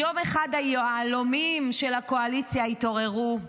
יום אחד היהלומים של הקואליציה יתעוררו,